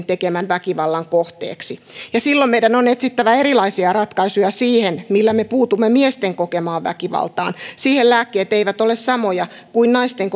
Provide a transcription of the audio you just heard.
tekemän väkivallan kohteeksi ja silloin meidän on etsittävä erilaisia ratkaisuja siihen millä me puutumme miesten kokemaan väkivaltaan siihen lääkkeet eivät ole samoja kuin naisten